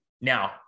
now